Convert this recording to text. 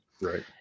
right